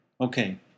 Okay